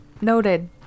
Noted